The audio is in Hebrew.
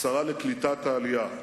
השרה לקליטת העלייה,